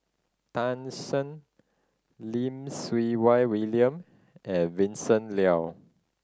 Tan Shen Lim Siew Wai William and Vincent Leow